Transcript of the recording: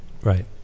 Right